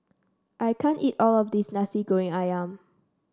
I can't eat all of this Nasi Goreng ayam